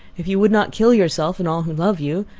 if you would not kill yourself and all who love you.